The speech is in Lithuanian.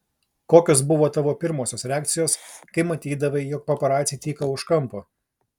kokios buvo tavo pirmosios reakcijos kai matydavai jog paparaciai tyko už kampo